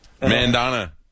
Mandana